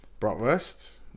bratwurst